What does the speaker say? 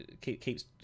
Keeps